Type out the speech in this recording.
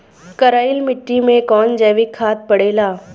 करइल मिट्टी में कवन जैविक खाद पड़ेला?